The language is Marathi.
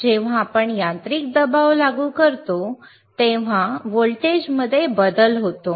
जेव्हा आपण यांत्रिक दबाव लागू करतो तेव्हा व्होल्टेजमध्ये बदल होतो